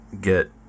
get